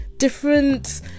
different